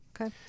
Okay